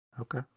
Okay